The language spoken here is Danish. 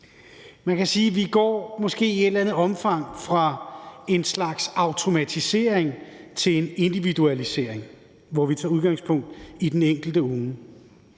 Man kan sige, at vi i et eller andet omfang går fra en slags automatisering til en individualisering, hvor vi tager udgangspunkt i den enkelte unge.